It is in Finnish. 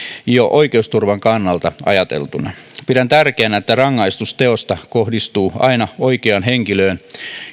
jo oikeusturvan kannalta ajateltuna pidän tärkeänä että rangaistus teosta kohdistuu aina oikeaan henkilöön